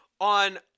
on